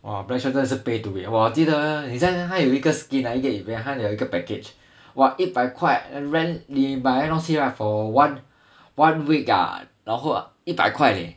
!wah! black shot 真的是 pay to win 我记得以前他有一个 skin 一个 event 他有一个 package !wah! 一百块 rent 你买那个东西 for one one week ah 然后一百块 leh